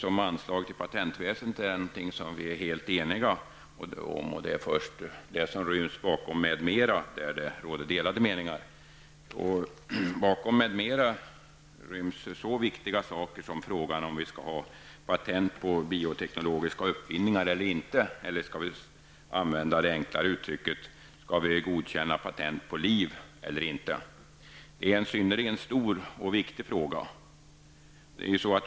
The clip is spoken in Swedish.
Anslaget till patentväsendet är någonting som vi är helt eniga om. Det är det som ryms inom ''m.m.'' där det råder delade meningar. Bakom ''m.m.'' ryms så viktiga saker som frågan om huruvida vi skall ha patent på bioteknologiska uppfinningar eller inte, eller för att använda ett enkelt uttryck: Skall vi godkänna patent på liv eller inte? Det är en synnerligen stor och viktig fråga.